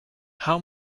how